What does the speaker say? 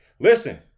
Listen